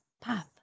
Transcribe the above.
Pop